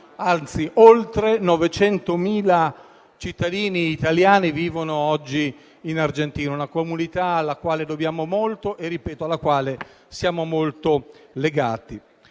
oltre 900.000 cittadini italiani vivono oggi in Argentina, una comunità alla quale dobbiamo molto e alla quale, ripeto, siamo molto legati.